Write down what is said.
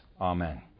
Amen